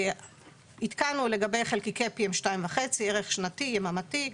עדכנו לגבי חלקיקי PM2.5 ערך שנתי, יממתי.